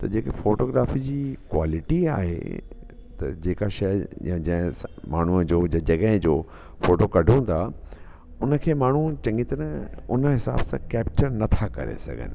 त जेके फ़ोटोग्राफ़ी जी क्वालिटी आहे त जेका शइ या जंहिं सां माण्हूअ जो ज जॻहि जो फ़ोटो कढूं था उनखे माण्हू चङी तरह उन हिसाब सां केप्चर नथा करे सघनि